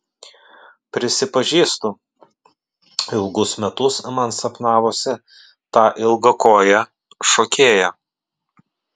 prisipažįstu ilgus metus man sapnavosi ta ilgakojė šokėja